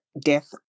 death